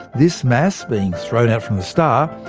this mass being thrown out from the star,